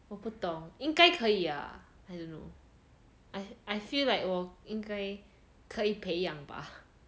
我不懂应该可以 ah I don't know I I feel like 我应该可以培养吧